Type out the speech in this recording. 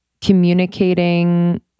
communicating